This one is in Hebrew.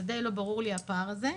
לא ברור הפער הזה.